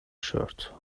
shirt